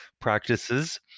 practices